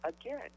Again